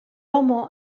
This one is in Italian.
homo